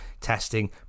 testing